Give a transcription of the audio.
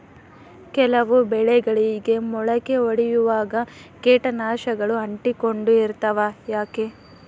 ಕೆಲವು ಬೆಳೆಗಳಿಗೆ ಮೊಳಕೆ ಒಡಿಯುವಾಗ ಕೇಟನಾಶಕಗಳು ಅಂಟಿಕೊಂಡು ಇರ್ತವ ಯಾಕೆ?